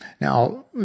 Now